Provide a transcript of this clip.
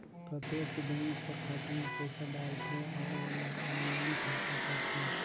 प्रत्यक्छ बेंक कर खाता में पइसा डालथे अउ ओला आनलाईन खरचा करथे